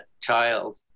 child